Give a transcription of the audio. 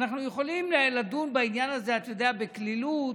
אנחנו יכולים לדון בעניין הזה, אתה יודע, בקלילות,